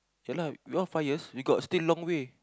ya lah we all five years we got still long way